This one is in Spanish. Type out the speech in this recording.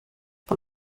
por